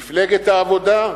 מפלגת העבודה,